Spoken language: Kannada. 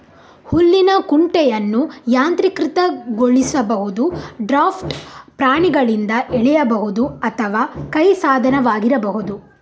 ಹುಲ್ಲಿನ ಕುಂಟೆಯನ್ನು ಯಾಂತ್ರೀಕೃತಗೊಳಿಸಬಹುದು, ಡ್ರಾಫ್ಟ್ ಪ್ರಾಣಿಗಳಿಂದ ಎಳೆಯಬಹುದು ಅಥವಾ ಕೈ ಸಾಧನವಾಗಿರಬಹುದು